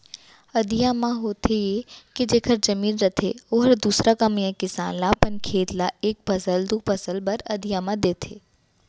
अधिया म होथे ये के जेखर जमीन रथे ओहर दूसर कमइया किसान ल अपन खेत ल एक फसल, दू फसल बर अधिया म दे देथे